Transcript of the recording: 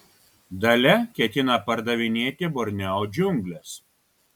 dalia ketina pardavinėti borneo džiungles